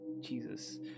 Jesus